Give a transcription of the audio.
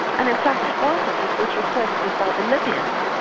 and in fact it wasn't, it was requested by the libyans.